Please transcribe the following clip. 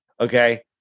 Okay